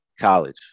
college